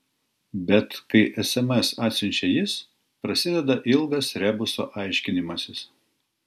bet kai sms atsiunčia jis prasideda ilgas rebuso aiškinimasis